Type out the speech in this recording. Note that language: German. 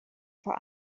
vor